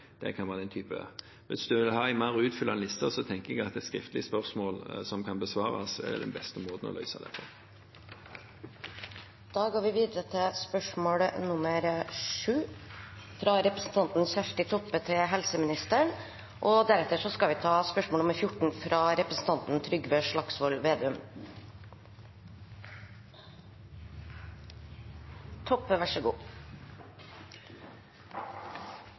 kan være av en slik type. Hvis representanten vil ha en mer utfyllende liste, tenker jeg at et skriftlig spørsmål til besvarelse er den beste måten å løse dette på. Da går vi tilbake til spørsmål 7, fra representanten Kjersti Toppe til helseministeren.